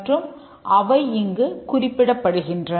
மற்றும் அவை இங்கு குறிப்பிடப்படுகின்றன